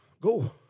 Go